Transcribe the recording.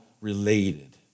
related